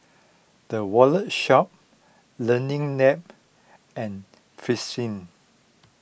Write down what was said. the Wallet Shop Learning Lab and Fristine